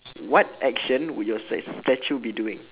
what action would your stat~ statue be doing